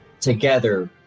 together